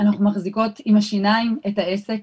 אנחנו מחזיקות עם השיניים את העסק,